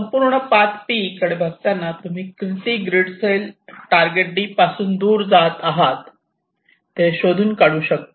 संपूर्ण path 'P' कडे बघताना तुम्ही किती ग्रीड सेल टारगेट D पासून दूर जात आहेत ते शोधून काढू शकता